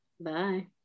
bye